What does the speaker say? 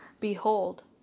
Behold